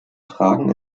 fragen